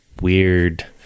weird